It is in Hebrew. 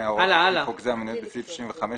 מההוראות לפי חוק זה המנויות בסעיף 65,